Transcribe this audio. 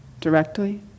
directly